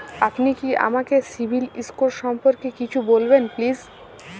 আপনি কি আমাকে সিবিল স্কোর সম্পর্কে কিছু বলবেন প্লিজ?